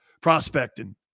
prospecting